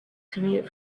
commute